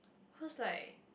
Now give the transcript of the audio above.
cause like